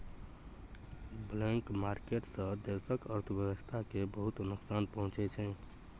black market सँ देशक अर्थव्यवस्था केँ बहुत नोकसान पहुँचै छै